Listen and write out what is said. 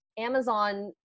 Amazon